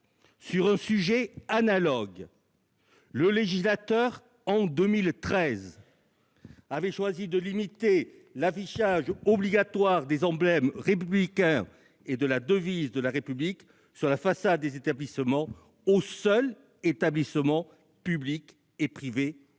sur un sujet analogue, le législateur avait choisi, en 2013, de limiter l'affichage obligatoire des emblèmes et de la devise de la République sur la façade des établissements aux seuls établissements publics et privés sous